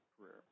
career